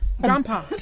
Grandpa